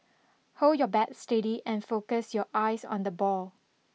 hold your bat steady and focus your eyes on the ball